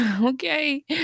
Okay